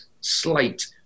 slate